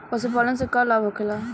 पशुपालन से का लाभ होखेला?